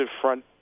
front